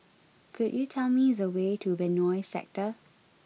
could you tell me the way to Benoi Sector